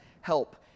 help